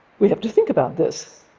we have to think about this.